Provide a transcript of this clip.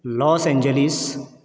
Los Angeles